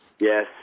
Yes